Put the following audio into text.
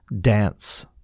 dance